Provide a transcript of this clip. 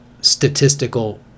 statistical